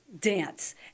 dance